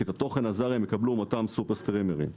כי את התוכן הזר הם יקבלו מאותם סופר סטרימרים.